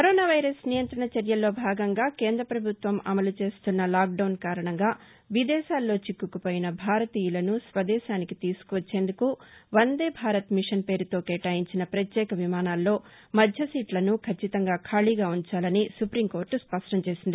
corona virus నియంతణ చర్యల్లో భాగంగా కేంద పభుత్వం అమలు చేస్తున్న లాక్డౌన్ కారణంగా విదేశాల్లో చిక్కుకుపోయిన భారతీయులను స్వదేశానికి తీసుకువచ్చేందుకు వందే భారత్ మిషన్ పేరుతో కేటాయించిన ప్రత్యేక విమానాల్లో మధ్య సీట్లను కచ్చితంగా ఖాళీగా ఉంచాలని సుప్రీం కోర్లు స్పష్టం చేసింది